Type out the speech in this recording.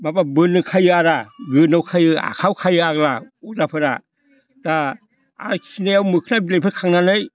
माबा बोन्दों खायो आरो गोदनायाव खायो आखायाव खायो आग्ला अजाफोरा दा आरो खिनायाव मोखना बिलायफोर खांनानै